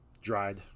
dried